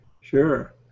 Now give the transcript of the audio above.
Sure